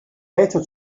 better